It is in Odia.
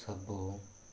ସବୁ